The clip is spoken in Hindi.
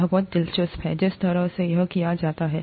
यह बहुत दिलचस्प है जिस तरह से यह किया जाता है